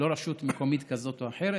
לא רשות מקומית כזאת או אחרת,